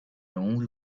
only